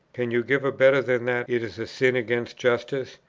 can you give a better than that it is a sin against justice,